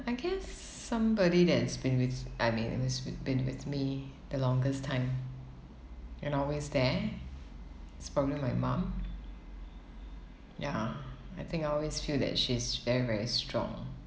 I guess somebody that's been with I mean it was with been with me the longest time and always there is probably my mum ya I think I always feel that she's very very strong